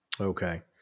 Okay